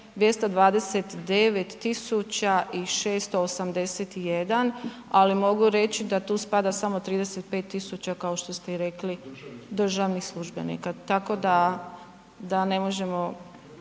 229 681 ali mogu reći da tu spada samo 35 000 kao što ste i rekli državnih službenika tako da ne možemo,